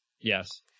Yes